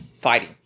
fighting